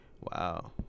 Wow